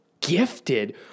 gifted